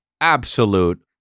absolute